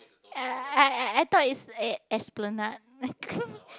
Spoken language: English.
I I I thought is Es~ Esplanade